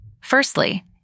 Firstly